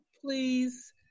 please